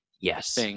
Yes